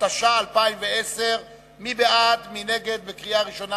התש"ע 2010, מי בעד, מי נגד, בקריאה הראשונה?